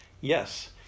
yes